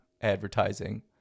advertising